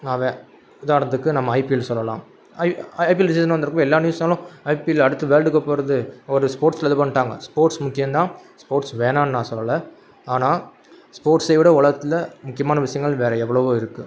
அவன் உதாரணத்துக்கு நம்ம ஐபிஎல் சொல்லலாம் ஐ ஐபிஎல் சீசன் வந்திருக்கப்ப எல்லாம் நியூஸ் சேனலும் ஐபிஎல் அடுத்து வேர்ல்டு கப் வருது ஒரு ஸ்போர்ட்ஸில் இது பண்ணிட்டாங்க ஸ்போர்ட்ஸ் முக்கியம் தான் ஸ்போர்ட்ஸ் வேணாம்னு நான் சொல்லலை ஆனால் ஸ்போர்ட்ஸை விட உலகத்துல முக்கியமான விஷயங்கள் வேறு எவ்வளவோ இருக்குது